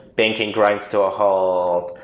banking grinds to a halt,